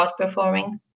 outperforming